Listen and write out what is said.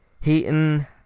Heaton